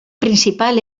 principal